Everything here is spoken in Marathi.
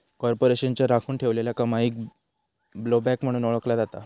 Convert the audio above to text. कॉर्पोरेशनच्या राखुन ठेवलेल्या कमाईक ब्लोबॅक म्हणून ओळखला जाता